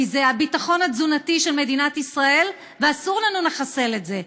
כי זה הביטחון התזונתי של מדינת ישראל ואסור לנו לחסל את זה.